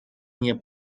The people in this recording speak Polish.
nie